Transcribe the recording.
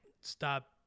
stop